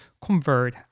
convert